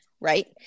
right